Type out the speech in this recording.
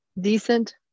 decent